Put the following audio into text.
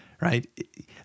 right